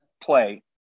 play